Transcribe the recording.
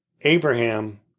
Abraham